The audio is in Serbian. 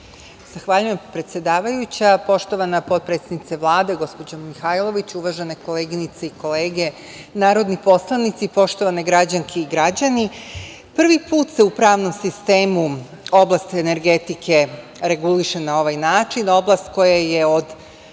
Zahvaljujem, predsedavajuća. Poštovana potpredsednice Vlade, gospođo Mihajlović, uvažene koleginice i kolege narodni poslanici, poštovane građanke i građani, prvi put se u pravnom sistemu oblast energetike reguliše na ovaj način, oblast koja je od